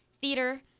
theater